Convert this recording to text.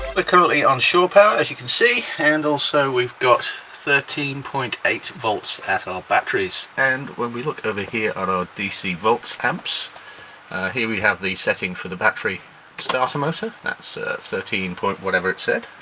but currently on shore power as you can see and also we've got thirteen point eight volts at our batteries and when we look over here on our dc volts amps here we have the setting for the battery starter motor that's ah thirteen point whatever it said